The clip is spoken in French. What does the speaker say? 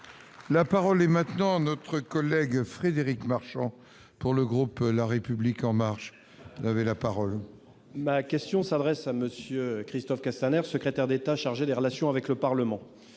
La parole est maintenant notre collègue Frédéric Marchand pour le groupe, la République en marche la parole. Ma question s'adresse à monsieur Christophe Castaner, secrétaire d'État chargé des relations avec le Parlement,